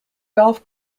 golf